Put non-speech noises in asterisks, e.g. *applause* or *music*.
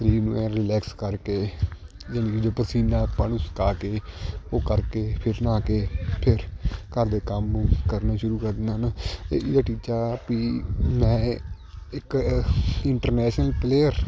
*unintelligible* relax ਕਰਕੇ *unintelligible* ਪਸੀਨਾ ਆਪਣੇ ਨੂੰ ਸੁਕਾ ਕੇ ਉਹ ਕਰਕੇ ਫਿਰ ਨਹਾ ਕੇ ਫਿਰ ਘਰ ਦੇ ਕੰਮ ਕਰਨੇ ਸ਼ੁਰੂ ਕਰ ਦਿੰਦਾ ਹੈ ਨਾ ਇਹਦਾ ਟੀਚਾ ਵੀ ਮੈਂ ਇੱਕ ਇੰਟਰਨੈਸ਼ਨਲ ਪਲੇਅਰ